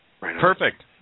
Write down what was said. perfect